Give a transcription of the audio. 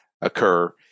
occur